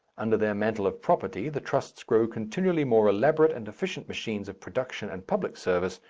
under their mantle of property, the trusts grow continually more elaborate and efficient machines of production and public service,